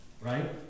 right